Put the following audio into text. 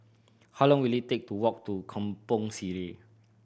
how long will it take to walk to Kampong Sireh